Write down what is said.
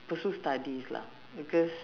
pursue studies lah because